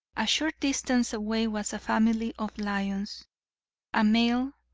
a short distance away was a family of lions a male,